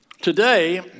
Today